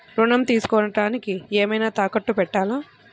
ఋణం తీసుకొనుటానికి ఏమైనా తాకట్టు పెట్టాలా?